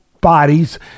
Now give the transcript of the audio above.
bodies